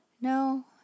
No